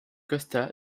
costa